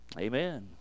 Amen